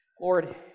Lord